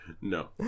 No